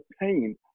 pain